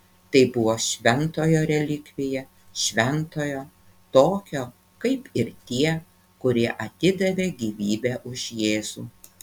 tai buvo šventojo relikvija šventojo tokio kaip ir tie kurie atidavė gyvybę už jėzų